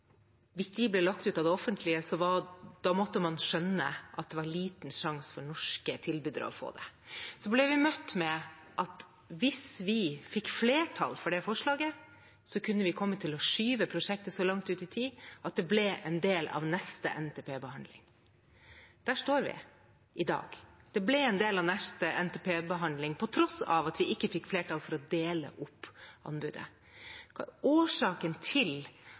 ble lagt ut av det offentlige, måtte man skjønne at det var liten sjanse for norske tilbydere å få dem. Så ble vi møtt med at hvis vi fikk flertall for forslaget, kunne vi komme til å skyve prosjektet så langt ut i tid at det ble en del av neste NTP-behandling. Der står vi i dag – det ble en del av neste NTP-behandling på tross av at vi ikke fikk flertall for å dele opp anbudet. Hva er årsaken til